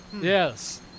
Yes